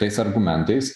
tais argumentais